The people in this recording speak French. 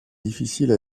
difficile